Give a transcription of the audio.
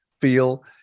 feel